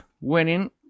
winning